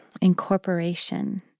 incorporation